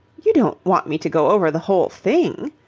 you don't want me to go over the whole thing?